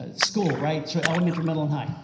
ah school, right? so elementary, middle, and high.